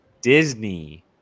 Disney